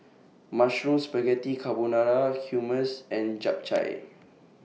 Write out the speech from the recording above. Mushroom Spaghetti Carbonara Hummus and Japchae